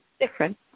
different